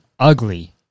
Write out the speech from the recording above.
ugly